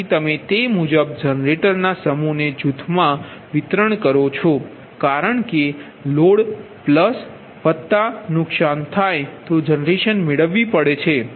તેથી તમે તે મુજબ જનરેટર ને સમૂહ કે જૂથમાં વિતરણ કરો છો કારણ કે લોડ વત્તા નુકસાન થાય તો જનરેશન મેળવવી પડે છે